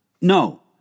No